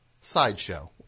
sideshow